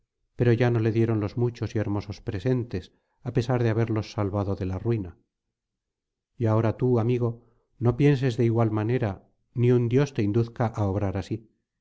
pero ya no le dieron los muchos y hermosos presentes á pesar de haberlos salvado de la ruina y ahora tú amigo no pienses de igual manera ni un dios te induzca á obrar así